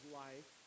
life